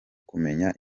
kumenya